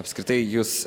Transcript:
apskritai jūs